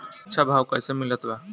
अच्छा भाव कैसे मिलत बा?